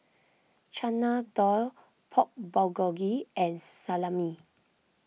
Chana Dal Pork Bulgogi and Salami